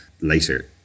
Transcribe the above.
later